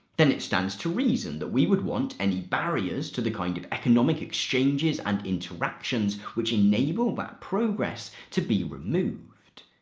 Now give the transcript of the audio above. then it stands to reason that we would want any barriers to the kind of economic exchanges and interactions which enable that progress to be removed.